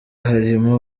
harimo